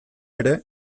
ere